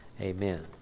amen